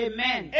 Amen